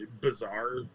bizarre